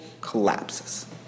collapses